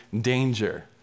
danger